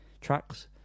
tracks